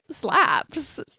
slaps